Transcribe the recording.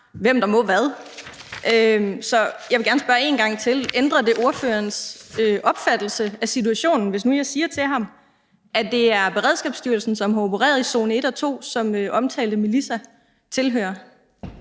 hvem der må hvad. Så jeg vil gerne spørge en gang til, om det ændrer på ordførerens opfattelse af situationen, hvis nu jeg siger til ham, at det er Beredskabsstyrelsen, som har opereret i zone 1 og 2, som omtalte minister tilhører.